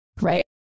right